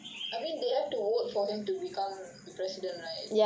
I mean they have to vote for him to become the president right